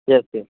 yes yes